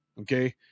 Okay